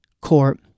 court